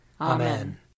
Amen